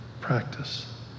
practice